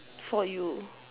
for you